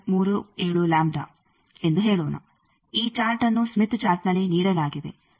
37 ಎಂದು ಹೇಳೋಣ ಈ ಚಾರ್ಟ್ಅನ್ನು ಸ್ಮಿತ್ ಚಾರ್ಟ್ನಲ್ಲಿ ನೀಡಲಾಗಿದೆ